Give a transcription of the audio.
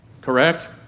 Correct